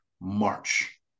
march